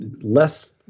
less